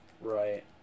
Right